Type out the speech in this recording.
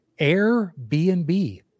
Airbnb